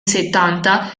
settanta